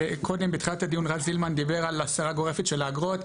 בתחילת הדיון רז סילמן דיבר על הסרה גורפת של האגרות.